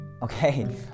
Okay